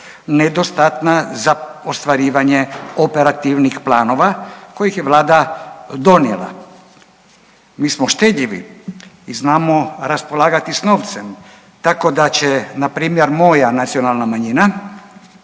nedostatna za ostvarivanje operativnih planova kojih je vlada donijela. Mi smo štedljivi i znamo raspolagati s novcem, tako da će npr. moja nacionalna manjina,